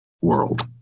world